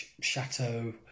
chateau